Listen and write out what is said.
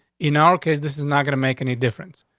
in our case, this is not gonna make any difference.